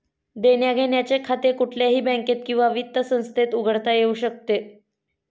देण्याघेण्याचे खाते कुठल्याही बँकेत किंवा वित्त संस्थेत उघडता येऊ शकते